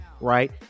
Right